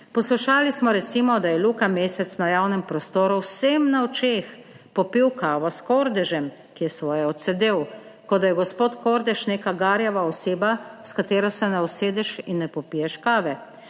Poslušali smo, recimo, da je Luka Mesec na javnem prostoru vsem na očeh popil kavo s Kordežem, ki je svoje odsedel. Kot da je gospod Kordež neka garjava oseba, s katero se ne usedeš in ne popiješ kave.